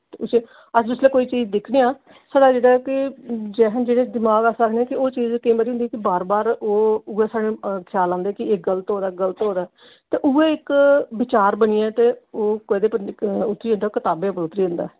ते उस्सी अस जिसलै कोई चीज दिक्खने आं साढ़ा जेह्ड़े ऐ कि दमाग अस आखने आं कि ओह् जेह्ड़ी चीज केईं बारी होंदी ऐ कि बार बार ओह् उ'ऐ स्हाड़े ख्याल आंदे कि एह् गल्त हो दा गल्त होआ दा ते उ'ऐ इक बिचार बनियै ते ओह् कैह्दे पर उतरी जंदा कताबें पर उतरी जंदा